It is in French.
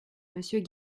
monsieur